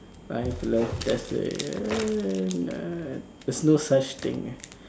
life love destiny there's no such thing lah